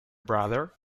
brother